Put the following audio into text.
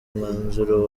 umwanzuro